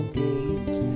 gates